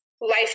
life